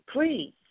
please